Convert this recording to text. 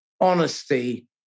honesty